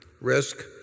risk